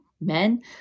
men